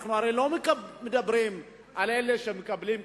הרי אנחנו לא מדברים על אלה שמקבלים קצבאות.